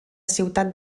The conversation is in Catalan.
ciutat